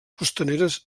costaneres